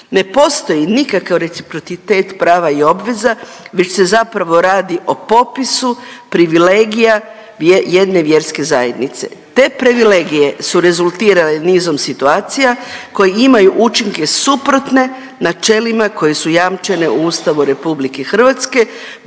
Ne postoji nikakav reciprocitet prava i obveza već se zapravo radi o popisu privilegija jedne vjerske zajednice. Te privilegije su rezultirale nizom situacija koji imaju učinke suprotne načelima koje su jamčene u Ustavu RH,